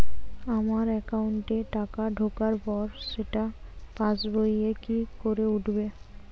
আমার একাউন্টে টাকা ঢোকার পর সেটা পাসবইয়ে কি করে উঠবে?